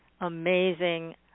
amazing